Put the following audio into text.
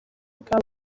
bwa